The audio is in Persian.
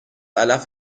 علف